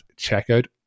checkout